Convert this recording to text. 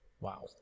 Wow